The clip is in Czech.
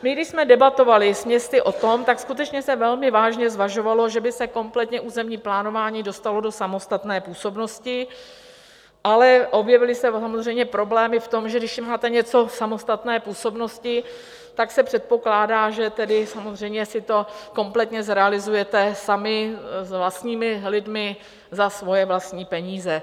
My, když jsme o tom debatovali s městy, tak skutečně se velmi vážně zvažovalo, že by se kompletně územní plánování dostalo do samostatné působnosti, ale objevily se samozřejmě problémy v tom, že když máte něco v samostatné působnosti, tak se předpokládá, že si to tedy samozřejmě kompletně zrealizujete sami s vlastními lidmi za svoje vlastní peníze.